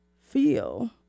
feel